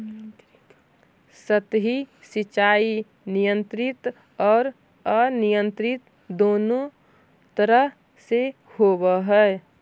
सतही सिंचाई नियंत्रित आउ अनियंत्रित दुनों तरह से होवऽ हइ